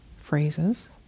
phrases